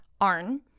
Arn